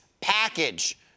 Package